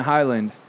Highland